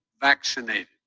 vaccinated